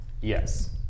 Yes